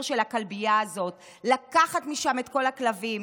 של הכלבייה הזאת ולקחת משם את כל הכלבים,